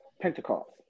Pentecost